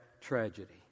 tragedy